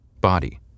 body